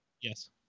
Yes